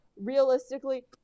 realistically